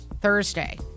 Thursday